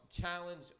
challenge